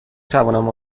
توانم